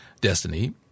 Destiny